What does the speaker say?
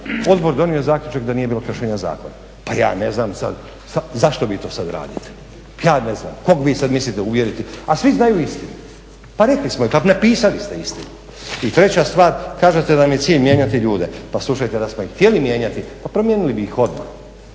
Odbor donio zaključak da nije bilo kršenja zakona. Pa ja ne znam sad zašto vi to sad radite. Ja ne znam, kog vi sad mislite uvjeriti a svi znaju istinu. Pa rekli smo je, pa napisali ste istinu. I treća stvar, kažete da vam je cilj mijenjati ljude. Pa slušajte, da smo ih htjeli mijenjati pa promijenili bi ih odmah.